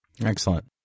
Excellent